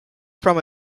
from